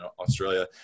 Australia